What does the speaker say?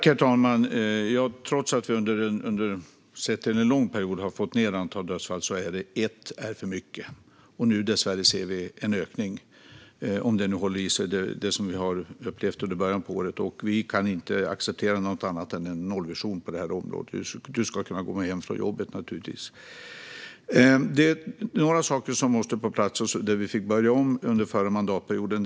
Herr talman! Trots att vi, sett under en lång period, har fått ned antalet dödsfall är ett dödsfall ett för mycket. Om det som vi har upplevt under början av året håller i sig ser vi dessvärre nu en ökning. Vi kan inte acceptera någonting annat än en nollvision på det här området. Du ska naturligtvis kunna komma hem från jobbet. Det är några saker som måste på plats, och där fick vi börja om under den förra mandatperioden.